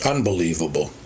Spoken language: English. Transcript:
Unbelievable